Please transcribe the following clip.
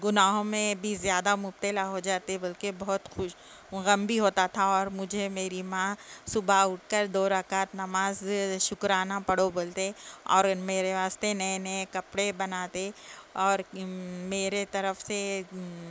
گناہوں میں بھی زیادہ مبتلا ہو جاتے بول کے بہت خوش غم بھی ہوتا تھا اور مجھے میری ماں صبح اٹھ کر دو رکعت نماز شکرانہ پڑھو بولتے اور ان میرے واسطے نئے نئے کپڑے بناتے اور میرے طرف سے